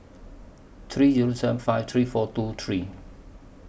three Zero seven five three four two three